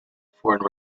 foreign